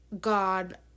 God